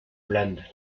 blanda